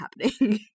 happening